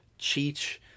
Cheech